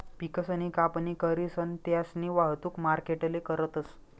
पिकसनी कापणी करीसन त्यास्नी वाहतुक मार्केटले करतस